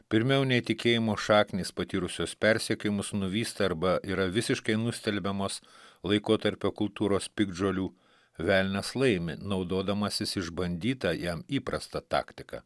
pirmiau nei tikėjimo šaknys patyrusios persekiojimus nuvysta arba yra visiškai nustelbiamos laikotarpio kultūros piktžolių velnias laimi naudodamasis išbandyta jam įprasta taktika